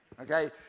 okay